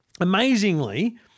amazingly